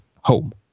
home